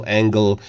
angle